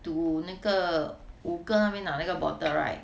to 那个五个那边拿那个 bottle right